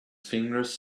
fingers